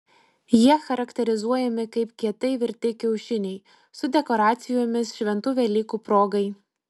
jie charakterizuojami kaip kietai virti kiaušiniai su dekoracijomis šventų velykų progai